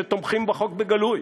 שתומכים בחוק בגלוי,